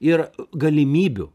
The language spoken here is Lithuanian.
ir galimybių